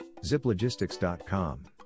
ziplogistics.com